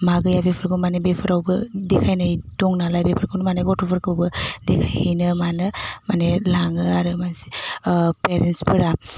मा गैया बेफोरखौ मानि बेफोरावबो देखायनाय दं नालाय बेफोरखौनो माने गथ'फोरखौबो देखायहैनो मानो माने लाङो आरो मानसि पेरेन्टसफोरा